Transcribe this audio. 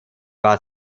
war